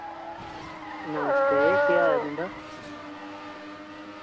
नमस्ते केह् हाल ऐ तुं'दा